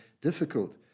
difficult